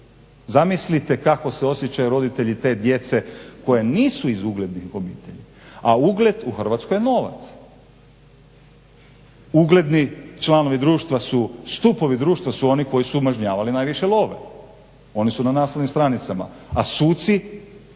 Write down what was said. Zamislite kako se osjećaju roditelji te djece koja nisu iz uglednih obitelji, a ugled u Hrvatskoj je novac. Ugledni članovi društva su stupovi društva, su oni koji su mažnjavali najviše love. Oni su na naslovnim stranicama. A suci